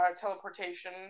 teleportation